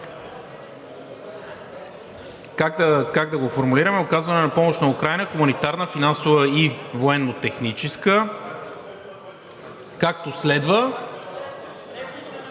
Как да го формулираме? „Оказване на помощ на Украйна – хуманитарна, финансова и военнотехническа, както следва